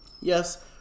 Yes